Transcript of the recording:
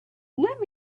let